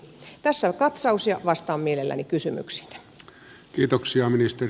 tässä katsaus ja vastaan mielelläni kysymyksiinne